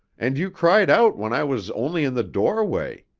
and you cried out when i was only in the doorway.